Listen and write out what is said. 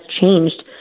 changed